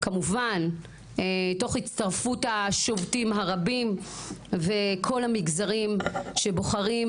כמובן תוך הצטרפות השובתים הרבים וכל המגזרים שבוחרים